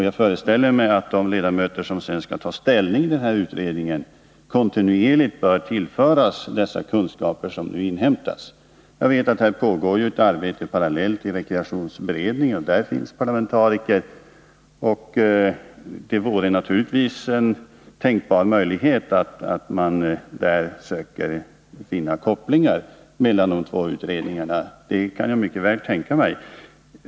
Jag föreställer mig att det vore bra om de ledamöter i utredningen som sedan skall ta ställning kontinuerligt får ta del av de kunskaper som nu inhämtas. Jag vet att ett arbete pågår parallellt i rekreationsberedningen, och där finns parlamentariker. En möjlighet vore naturligtvis att man sökte finna kopplingar mellan de båda utredningarna. Det kan jag mycket väl tänka mig.